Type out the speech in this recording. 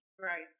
Right